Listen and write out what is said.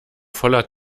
voller